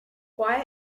why